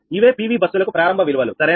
ఇవే PV బస్సులకు ప్రారంభ విలువలు సరేనా